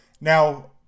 now